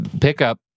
pickup